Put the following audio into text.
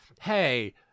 hey